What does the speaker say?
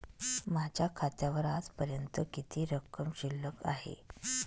माझ्या खात्यावर आजपर्यंत किती रक्कम शिल्लक आहे?